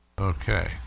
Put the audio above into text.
Okay